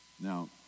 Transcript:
Now